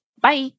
Bye